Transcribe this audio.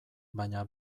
baina